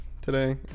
today